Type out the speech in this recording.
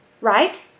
right